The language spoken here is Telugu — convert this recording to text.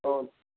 అవును